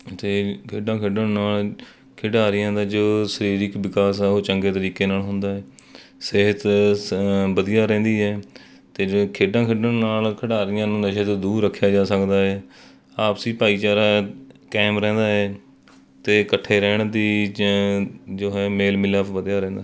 ਅਤੇ ਖੇਡਾਂ ਖੇਡਣ ਨਾਲ ਖਿਡਾਰੀਆਂ ਦਾ ਜੋ ਸਰੀਰਿਕ ਵਿਕਾਸ ਆ ਉਹ ਚੰਗੇ ਤਰੀਕੇ ਨਾਲ ਹੁੰਦਾ ਹੈ ਸਿਹਤ ਸ ਵਧੀਆ ਰਹਿੰਦੀ ਹੈ ਅਤੇ ਜੋ ਇਹ ਖੇਡਾਂ ਖੇਡਣ ਨਾਲ ਖਿਡਾਰੀਆਂ ਨੂੰ ਨਸ਼ੇ ਤੋਂ ਦੂਰ ਰੱਖਿਆ ਜਾ ਸਕਦਾ ਹੈ ਆਪਸੀ ਭਾਈਚਾਰਾ ਕਾਇਮ ਰਹਿੰਦਾ ਏ ਅਤੇ ਇਕੱਠੇ ਰਹਿਣ ਦੀ ਜ ਜੋ ਹੈ ਮੇਲ ਮਿਲਾਪ ਵਧਿਆ ਰਹਿੰਦਾ